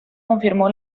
confirmó